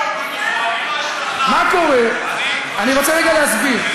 מה קורה, אני רוצה רגע להסביר.